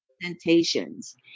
presentations